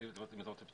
אם אתם רוצים את הפטור,